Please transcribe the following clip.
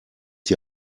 die